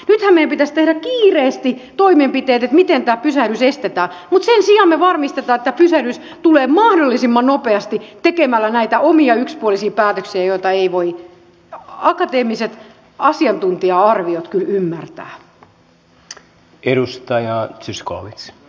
nythän meidän pitäisi tehdä kiireesti toimenpiteet joilla tämä pysähdys estetään mutta sen sijaan me varmistamme että tämä pysähdys tulee mahdollisimman nopeasti tekemällä näitä omia yksipuolisia päätöksiä joita eivät voi akateemiset asiantuntija arviot kyllä ymmärtää